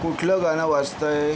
कुठलं गाणं वाजतंय